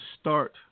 start